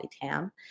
Tam